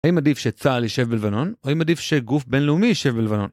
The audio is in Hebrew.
האם עדיף שצה"ל יישב בלבנון, או אם עדיף שגוף בינלאומי יישב בלבנון?